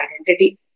identity